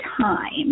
time